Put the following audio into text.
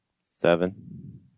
Seven